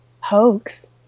hoax